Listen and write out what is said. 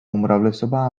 უმრავლესობა